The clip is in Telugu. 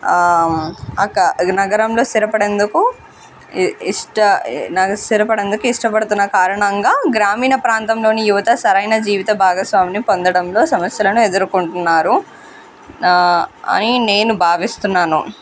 అకా నగరంలో స్థిరపడేందుకు ఇ ఇష్ట నగ స్థిరపడేందుకు ఇష్టపడుతున్న కారణంగా గ్రామీణ ప్రాంతంలోని యువత సరైన జీవిత భాగస్వామిని పొందడంలో సమస్యలను ఎదుర్కొంటున్నారు అని నేను భావిస్తున్నాను